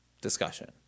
discussion